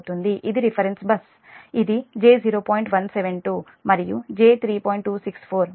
ఇది reference bus reference bus ఇది j0